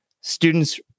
Students